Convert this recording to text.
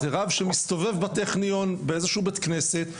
זה רב שמסתובב בטכניון באיזה שהוא בית כנסת.